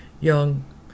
young